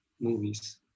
movies